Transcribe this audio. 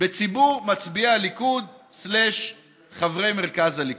בציבור מצביעי הליכוד / חברי מרכז הליכוד.